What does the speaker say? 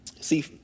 See